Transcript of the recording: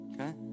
okay